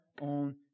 on